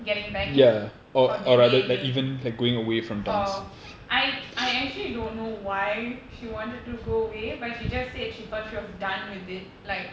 getting back in or deviating oh I I actually don't know why she wanted to go away but she just said she thought she was done with it like